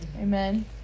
Amen